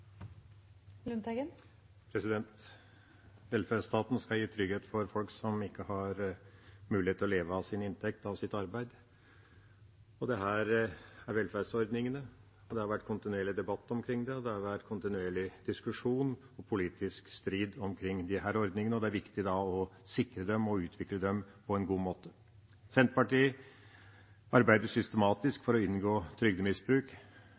Velferdsstaten skal gi trygghet til folk som ikke har mulighet til å leve av sin inntekt og av sitt arbeid – det er velferdsordningene. Det har vært en kontinuerlig debatt, diskusjon og politisk strid om dem, og det er viktig å sikre dem og utvikle dem på en god måte. Senterpartiet arbeider systematisk